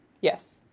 yes